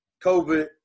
COVID